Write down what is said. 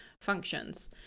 functions